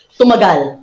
tumagal